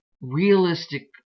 realistic